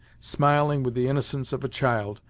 smiling with the innocence of a child,